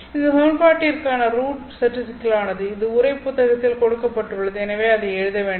இந்த சமன்பாட்டிற்கான ரூட் சற்று சிக்கலானது இது உரை புத்தகத்தில் கொடுக்கப்பட்டுள்ளது எனவே அதை எழுத வேண்டாம்